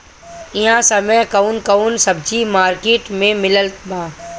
इह समय कउन कउन सब्जी मर्केट में मिलत बा?